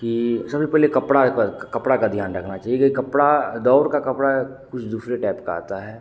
कि सबसे पहले कपड़ा एक कपड़े का ध्यान रखना चाहिए क्योंकि कपड़ा दौड़ का कपड़ा कुछ दूसरे टाइप का आता है